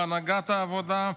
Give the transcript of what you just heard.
או בהנהגת העבודה.